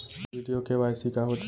video KYC का होथे